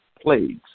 plagues